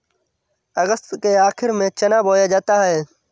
अगस्त के आखिर में चना बोया जाता है